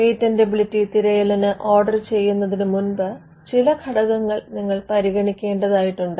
patentability തിരയലിന് order ചെയ്യുന്നതിനുമുമ്പ് ചില ഘടകങ്ങൾ നിങ്ങൾ പരിഗണിക്കേണ്ടതായിട്ടുണ്ട്